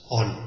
on